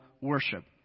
worship